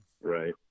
Right